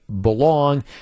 belong